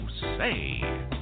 Say